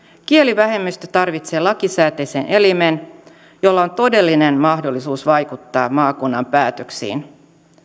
kielivähemmistö tarvitsee lakisääteisen elimen jolla on todellinen mahdollisuus vaikuttaa maakunnan päätöksiin